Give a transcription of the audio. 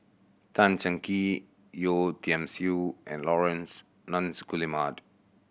Tan Cheng Kee Yeo Tiam Siew and Laurence Nunns Guillemard